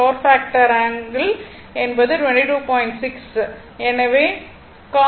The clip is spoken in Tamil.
பவர் பாக்டர் ஆங்கிள் என்பது 22